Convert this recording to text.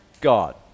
God